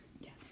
Yes